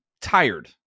tired